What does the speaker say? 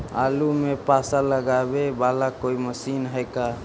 आलू मे पासा लगाबे बाला कोइ मशीन है का?